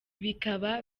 bikaba